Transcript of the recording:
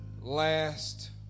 Last